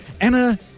Anna